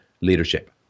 leadership